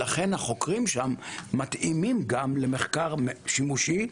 לכן החוקרים שם מתאימים גם למחקר שימושי,